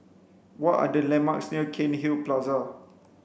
what are the landmarks near Cairnhill Plaza